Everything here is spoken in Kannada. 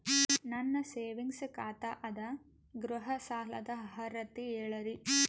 ನನ್ನ ಸೇವಿಂಗ್ಸ್ ಖಾತಾ ಅದ, ಗೃಹ ಸಾಲದ ಅರ್ಹತಿ ಹೇಳರಿ?